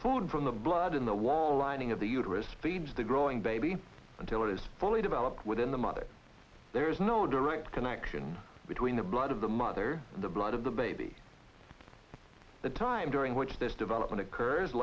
food from the blood in the wall lining of the uterus feeds the growing baby until it is fully developed within the mother there is no direct connection between the blood of the mother and the blood of the baby the time during which this development occurs